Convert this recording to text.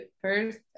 first